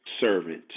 servant